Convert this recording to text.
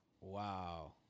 Wow